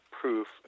proof